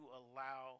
allow